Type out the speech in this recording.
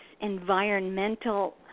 environmental